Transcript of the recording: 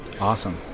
awesome